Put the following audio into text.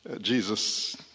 Jesus